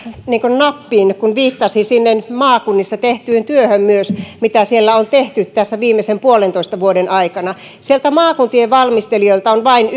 nappiin kun viittasi sinne maakunnissa tehtyyn työhön myös mitä siellä on tehty tässä viimeisen puolentoista vuoden aikana sieltä maakuntien valmistelijoilta on vain